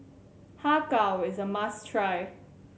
Har Kow is a must try